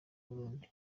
burundi